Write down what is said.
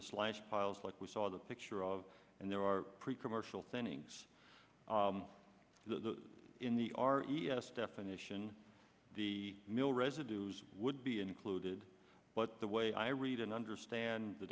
slash piles like we saw the picture of and there are pre commercial things the in the are e e s definition the mill residues would be included but the way i read and understand the